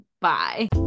Bye